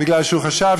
בגלל שהוא חשב,